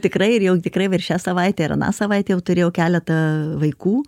tikrai ir jau tikrai ir šią savaitę ar aną savaitę jau turėjau keletą vaikų